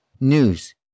news